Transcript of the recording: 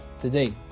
today